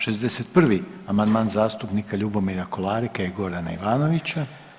61. amandman zastupnika Ljubomira KOlareka i Gorana Ivanovića.